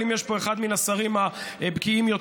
אבל יש פה אחד מן השרים הבקיאים יותר.